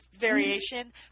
variation